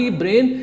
brain